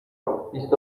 بیست